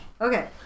Okay